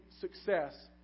success